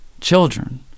children